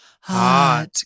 Hot